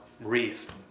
Reef